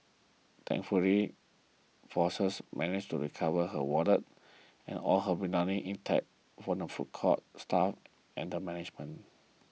thankfully Flores managed to recover her wallet and all her belongings intact from the food court's staff and management